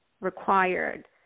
required